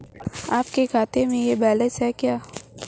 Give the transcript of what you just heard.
आपके खाते में यह बैलेंस है क्या?